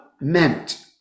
meant